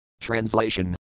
Translation